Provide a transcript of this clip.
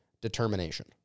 determination